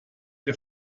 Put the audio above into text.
der